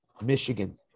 Michigan